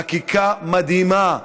חקיקה מדהימה,